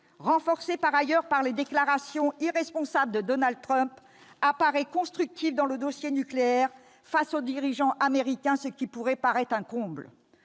renforcé par ailleurs par les déclarations irresponsables de Donald Trump, apparaît constructif dans le dossier nucléaire face au dirigeant américain, ce qui pourrait paraître un comble.